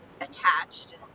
attached